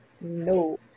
no